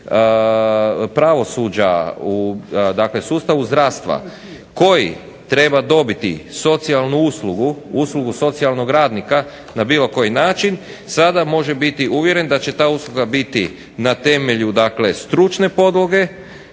pravosuđa, u sustavu zdravstva koji treba dobiti socijalnu uslugu, uslugu socijalnog radnika na bilo koji način sada može biti uvjeren da će ta usluga biti na temelju stručne podloge